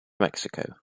mexico